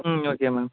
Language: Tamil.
ம் ஓகே மேம்